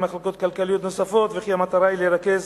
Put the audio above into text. מחלקות כלכליות נוספות והמטרה היא לרכז